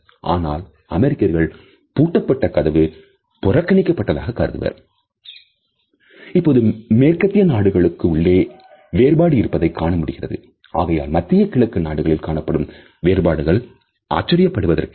ஆனால் அமெரிக்கர்கள் பூட்டப்பட்ட கதவு புறக்கணிக்கப்படுவதாக கருதுவர் இப்பொழுது மேற்கத்திய நாடுகளுக்கு உள்ளேயே வேறுபாடு இருப்பதை காண முடிகிறது ஆகையால் மத்திய கிழக்கு நாடுகளில் காணப்படும் வேறுபாடுகள் ஆச்சரியப்படுவதற்கில்லை